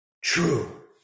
true